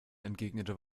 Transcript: entgegnete